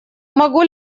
могу